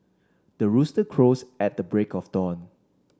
the rooster crows at the break of dawn